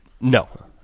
No